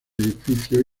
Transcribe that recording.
edificios